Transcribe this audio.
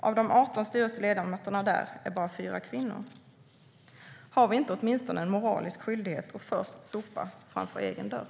Av de 18 styrelseledamöterna i LO är bara fyra kvinnor. Har vi inte åtminstone en moralisk skyldighet att först sopa framför egen dörr?